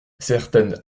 certaines